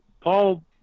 Paul